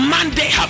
Monday